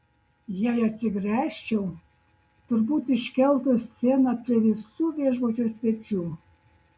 jei atsigręžčiau turbūt iškeltų sceną prie visų viešbučio svečių